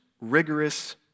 rigorous